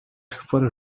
for